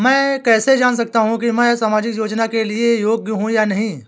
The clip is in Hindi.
मैं कैसे जान सकता हूँ कि मैं सामाजिक योजना के लिए योग्य हूँ या नहीं?